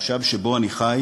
המושב שבו אני חי,